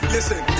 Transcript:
Listen